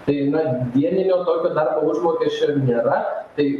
tai na vien jau dėl to darbo užmokesčio nėra tai